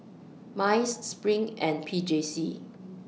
Mice SPRING and P J C